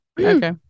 okay